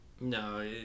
no